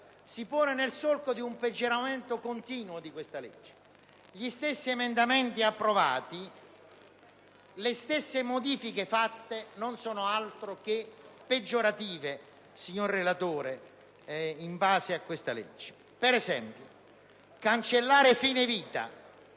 si pone nel solco di un peggioramento continuo di questa legge. Gli stessi emendamenti approvati, le stesse modifiche fatte non sono altro che peggiorative, signor relatore. Per esempio, cancellare